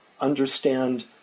understand